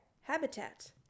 habitat